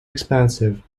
expensive